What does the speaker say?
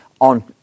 on